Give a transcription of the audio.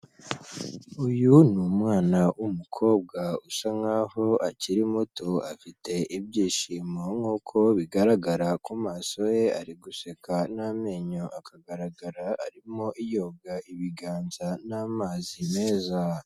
Uyu ni umwana w'umukobwa usa nkaho akiri muto, afite ibyishimo nkuko bigaragara ku maso ye, ari guseka n'amenyo akagaragara; arimo yoga ibiganza n'amazi meza.